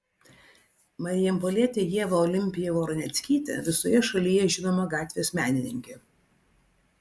marijampolietė ieva olimpija voroneckytė visoje šalyje žinoma gatvės menininkė